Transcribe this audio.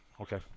okay